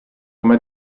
come